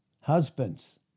Husbands